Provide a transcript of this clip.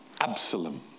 Absalom